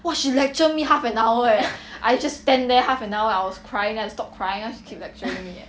!wah! she lecture me half an hour eh I just stand there half an hour I was crying then I stop crying then she keep lecturing me eh